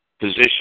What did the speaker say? position